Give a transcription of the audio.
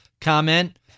comment